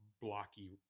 blocky